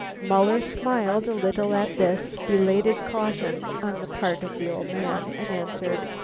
muller smiled a little at this belated caution on the part of the old man, and answered.